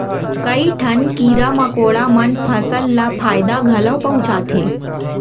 कई ठन कीरा मकोड़ा मन फसल ल फायदा घलौ पहुँचाथें